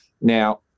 Now